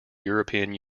european